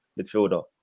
midfielder